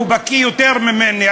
הוא בקי יותר ממני,